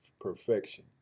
perfection